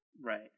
Right